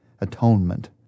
atonement